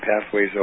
pathways